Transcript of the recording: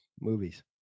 movies